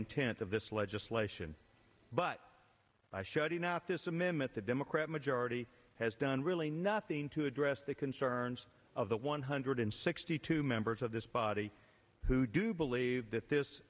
intent of this legislation but i shutting out this amendment the democrat majority has done really nothing to address the concerns of the one hundred sixty two members of this body who do believe that this